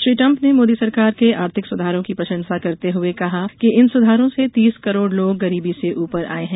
Shri Trump ने मोदी सरकार के आर्थिक सुधारों की प्रशंसा करते हुए कहा कि इन सुधारों से तीस करोड़ लोग गरीबी से ऊपर आये हैं